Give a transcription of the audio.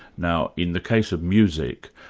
now in the case of music,